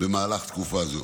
במהלך תקופה זו.